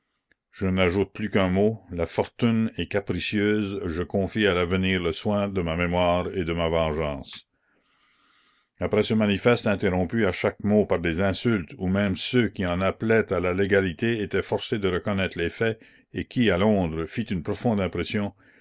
je n'ajoute plus qu'un mot la fortune est capricieuse je confie à l'avenir le soin de ma mémoire et de ma vengeance après ce manifeste interrompu à chaque mot par des insultes ou même ceux qui en appelaient à la légalité étaient forcés de reconnaître les faits et qui à londres fit une profonde impression